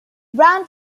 brown